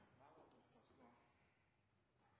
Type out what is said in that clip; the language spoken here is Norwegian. De